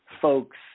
folks